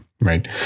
right